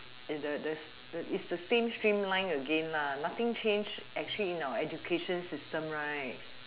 it's the the the it's the same streamline again lah nothing change actually in our education system right